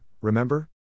remember